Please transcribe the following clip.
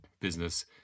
business